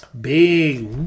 Big